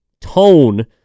tone